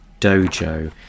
dojo